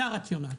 זה הרציונל,